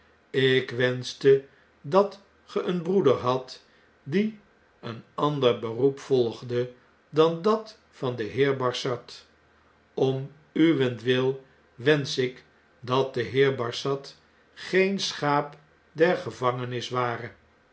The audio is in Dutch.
ik wenschte dat ge een broeder hadt die een ander beroep volgde dan dat van den heer barsad om uwentwil wenschte ik dat de heer barsad geen schaap der gevangenissen ware